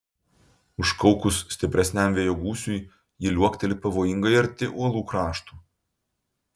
užkaukus stipresniam vėjo gūsiui ji liuokteli pavojingai arti uolų krašto